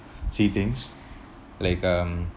see things like um